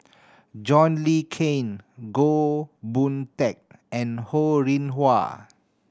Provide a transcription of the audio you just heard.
John Le Cain Goh Boon Teck and Ho Rih Hwa